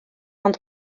ond